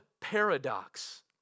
paradox